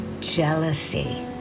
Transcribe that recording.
Jealousy